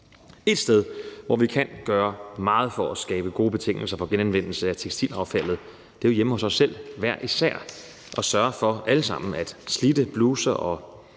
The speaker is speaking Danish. Et sted, hvor vi kan gøre meget for at skabe gode betingelser for genanvendelse af tekstilaffaldet, er hjemme hos os selv, ved at vi hver især alle sammen sørger for, at slidte bluser og